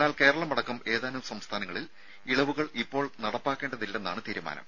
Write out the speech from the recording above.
എന്നാൽ കേരളമടക്കം ഏതാനും സംസ്ഥാനങ്ങളിൽ ഇളവുകൾ ഇപ്പോൾ നടപ്പാക്കേണ്ടതില്ലെന്നാണ് തീരുമാനം